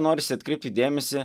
norisi atkreipti dėmesį